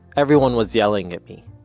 everyone was yelling at me.